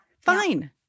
Fine